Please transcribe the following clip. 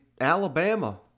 alabama